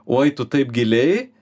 oi tu taip giliai